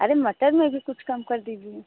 अरे मटर में भी कुछ कम कर दीजिए